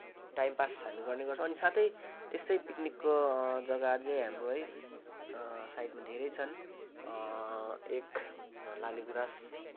time pass हामी गर्ने गर्छौँ अनि साथै त्यस्तै पिकनिकको जग्गाहरू चाहिँ हाम्रो है साइडमा धेरै छन् एक लालीगुँरास